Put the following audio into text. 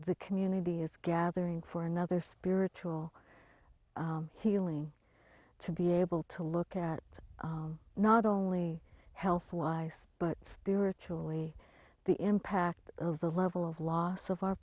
the community is gathering for another spiritual healing to be able to look at not only health wise but spiritually the impact of the level of loss of our